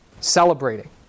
celebrating